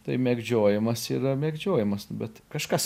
tai mėgdžiojimas yra mėgdžiojimas bet kažkas